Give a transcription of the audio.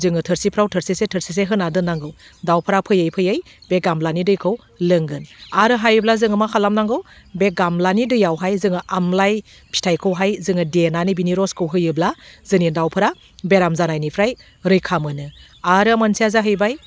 जोङो थोरसिफ्राव थोरसिसे थोरसिसे होना दोन्नांंगौ दाउफ्रा फैयै फैयै बे गामलानि दैखौ लोंगोन आरो हायोब्ला जोङो मा खालामनांगौ बे गामलानि दैयावहाय जोङो आमलाइ फिथाइखौहाय जोङो देनानै बिनि रसखौ होयोब्ला जोंनि दाउफोरा बेराम जानायनिफ्राय रैखा मोनो आरो मोनसेया जाहैबाय